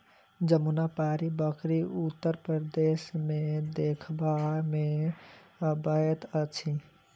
जमुनापारी बकरी उत्तर प्रदेश मे देखबा मे अबैत अछि